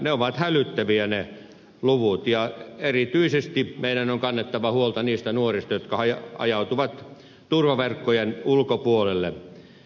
ne luvut ovat hälyttäviä ja erityisesti meidän on kannettava huolta niistä nuorista jotka ajautuvat turvaverkkojen ulkopuolelle